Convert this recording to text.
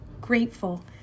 grateful